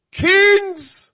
Kings